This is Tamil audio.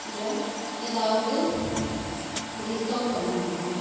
இல்லை ஏதாவது டிஸ்கவுண்ட் பண்ணுவீங்களா